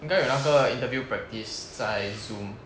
应该有那个 interview practice 在 zoom